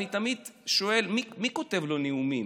אני תמיד שואל: מי כותב לו נאומים,